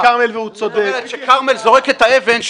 כשכרמל זורק את האבן,